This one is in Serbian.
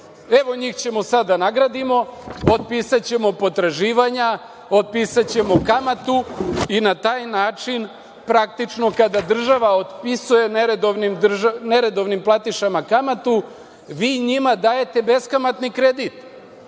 Evo, njih ćemo sada da nagradimo, otpisaćemo potraživanja, otpisaćemo kamatu. Na taj način praktično kada država otpisuje neredovnim platišama kamatu, vi njima dajete beskamatni kredit.